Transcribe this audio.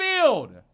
field